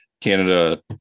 Canada